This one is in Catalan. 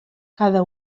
cada